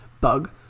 Bug